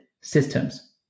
systems